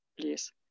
please